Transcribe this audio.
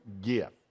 gift